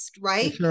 right